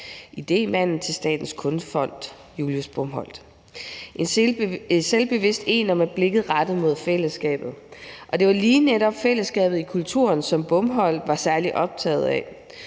idémanden til Statens Kunstfond, Julius Bomholt, en selvbevidst ener med blikket rettet mod fællesskabet. Og det var lige netop fællesskabet i kulturen, som Bomholt var særlig optaget af.